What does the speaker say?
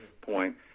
point